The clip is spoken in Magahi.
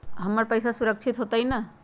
हमर पईसा सुरक्षित होतई न?